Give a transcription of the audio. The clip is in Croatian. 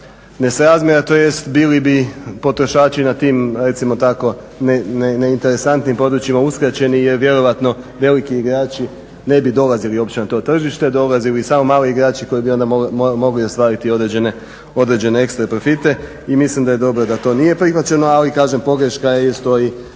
nesrazmjera, tj. bili bi potrošači na tim, recimo tako, neinteresantnim područjima uskraćeni jer vjerojatno veliki igrači ne bi dolazili uopće na to tržište, dolazili samo mali igrači koji bi onda mogli ostvariti određene ekstra profite i mislim da je dobro da to nije prihvaćeno. Ali kažem, pogreška je i stoji